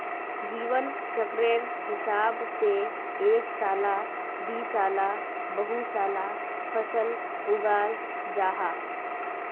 जीवन चक्रेर हिसाब से एक साला दिसाला बहु साला फसल उगाल जाहा